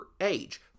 age